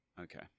okay